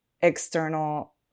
external